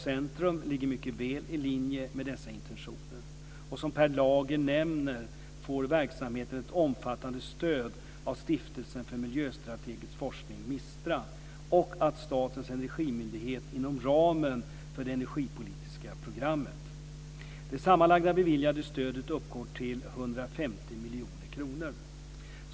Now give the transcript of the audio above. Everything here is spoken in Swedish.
Center ligger mycket väl i linje med dessa intentioner. Som Per Lager nämner får verksamheten ett omfattande stöd av Stiftelsen för miljöstrategisk forskning och av Statens energimyndighet inom ramen för det energipolitiska programmet. Det sammanlagda beviljade stödet uppgår till 150 miljoner kronor.